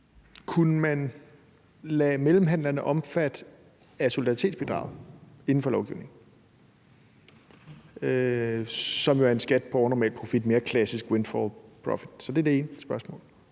Kunne man lade mellemhandlerne omfatte af solidaritetsbidraget inden for lovgivningen, som jo er en skat på overnormal profit, mere klassisk kaldet windfall profit? Det er det ene spørgsmål.